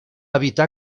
evitar